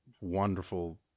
wonderful